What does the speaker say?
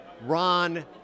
Ron